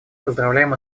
поздравляем